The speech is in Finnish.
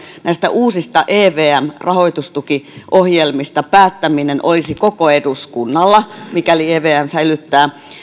uusista evm rahoitustukiohjelmista päättäminen olisi koko eduskunnalla mikäli evm